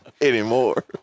Anymore